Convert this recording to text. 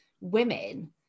women